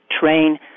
train